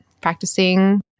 practicing